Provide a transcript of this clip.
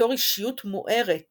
בתור אישיות מוארת